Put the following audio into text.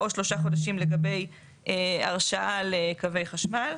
או 3 חודשים לגבי הרשאה לקווי חשמל,